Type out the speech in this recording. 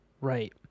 right